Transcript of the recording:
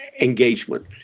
engagement